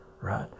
Right